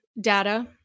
data